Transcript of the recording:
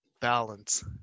balance